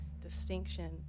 distinction